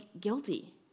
guilty